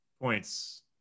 points